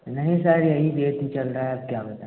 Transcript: नहीं सर यही रेट ही चल रहा है अब क्या बताएँ आपको